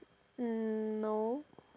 um no